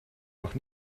noch